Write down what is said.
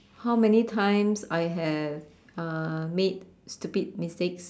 how many times I have uh made stupid mistakes